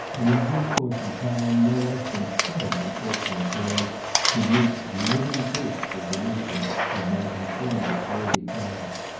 and, in due course of time, no less than seven unfortunate girls produced living proofs of the wisdom of my informant's worthy father.